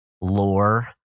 lore